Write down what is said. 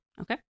Okay